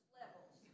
levels